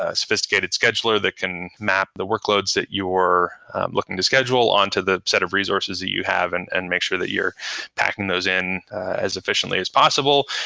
ah sophisticated scheduler that can map the workloads that you were looking to schedule on to the set of resources that you have and and make sure that you're packing those in as efficiently as possible.